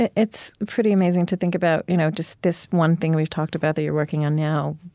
ah it's pretty amazing to think about you know just this one thing we've talked about that you're working on now,